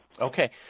Okay